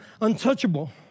untouchable